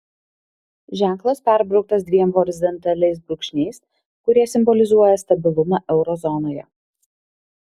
ženklas perbrauktas dviem horizontaliais brūkšniais kurie simbolizuoja stabilumą euro zonoje